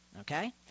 okay